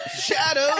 Shadow